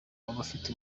abafite